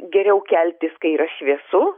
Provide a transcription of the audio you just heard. geriau keltis kai yra šviesu